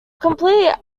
complete